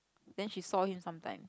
then she saw him sometimes